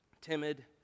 timid